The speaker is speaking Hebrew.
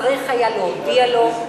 צריך היה להודיע לו.